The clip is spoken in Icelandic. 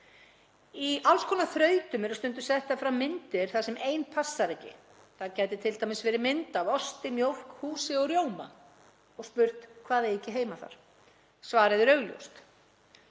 Í alls konar þrautum eru stundum settar fram myndir þar sem ein passar ekki. Það gæti t.d. verið mynd af osti, mjólk, húsi og rjóma og spurt hvað eigi ekki heima þar. Svarið er augljóst,